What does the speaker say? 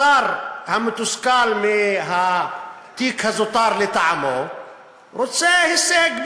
השר המתוסכל מהתיק הזוטר לטעמו רוצה הישג,